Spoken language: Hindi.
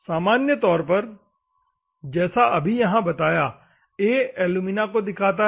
सामान्य तौर पर जैसा अभी यहाँ बताया A एलुमिना को दिखता है